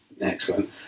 Excellent